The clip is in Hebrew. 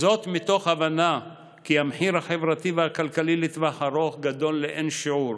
מתוך הבנה כי המחיר החברתי והכלכלי לטווח ארוך גדול לאין שיעור,